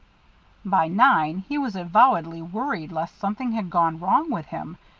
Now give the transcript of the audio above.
by nine he was avowedly worried lest something had gone wrong with him,